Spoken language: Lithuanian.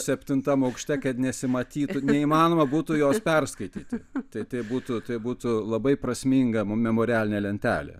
septintam aukšte kad nesimatytų neįmanoma būtų jos perskaityti tai tai būtų tai būtų labai prasminga memo memorialinė lentelė